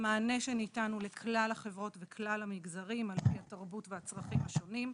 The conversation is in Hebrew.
המענה שניתן הוא לכלל החברות וכלל המגזרים על פי התרבות והצרכים השונים.